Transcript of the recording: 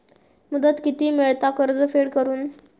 मुदत किती मेळता कर्ज फेड करून?